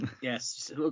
Yes